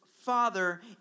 Father